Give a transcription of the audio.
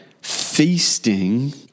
feasting